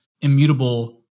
immutable